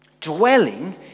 Dwelling